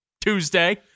Tuesday